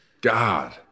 God